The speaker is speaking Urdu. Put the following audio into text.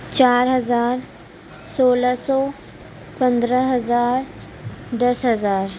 چار ہزار سولہ سو پندرہ ہزار دس ہزار